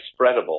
spreadable